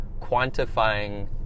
quantifying